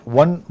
one